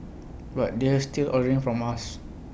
but they're still ordering from us